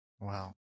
Wow